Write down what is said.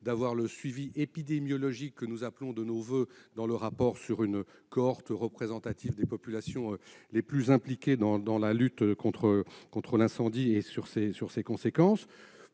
place un suivi épidémiologique, que nous appelons de nos voeux dans le rapport, sur une cohorte représentative des populations les plus impliquées dans la lutte contre l'incendie et ses conséquences.